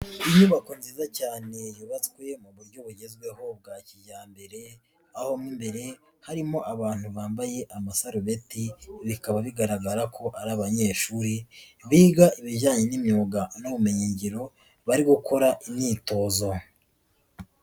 Inyubako nziza cyane yubatswe mu buryo bugezweho bwa kijyambere, aho mo imbere harimo abantu bambaye amasarobeti, bikaba bigaragara ko ari abanyeshuri biga ibijyanye n'imyuga n'ubumenyin ngiro bari gukora imyitozo.